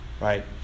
Right